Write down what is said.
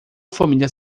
família